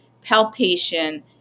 palpation